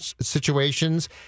situations